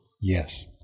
Yes